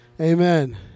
Amen